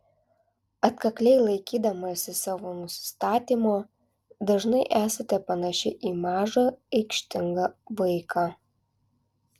atkakliai laikydamasi savo nusistatymo dažnai esate panaši į mažą aikštingą vaiką